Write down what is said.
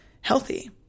healthy